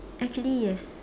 actually yes